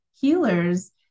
healers